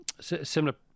similar